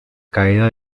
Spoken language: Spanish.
caída